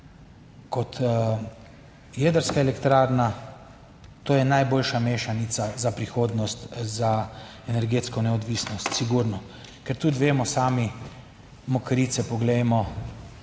kot jedrska elektrarna, to je najboljša mešanica za prihodnost, za energetsko neodvisnost, sigurno, ker tudi vemo sami, Mokrice poglejmo,